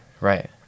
Right